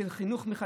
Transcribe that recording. של חינוך מחדש,